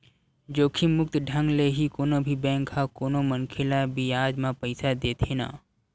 जोखिम मुक्त ढंग ले ही कोनो भी बेंक ह कोनो मनखे ल बियाज म पइसा देथे न